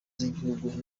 z’igihugu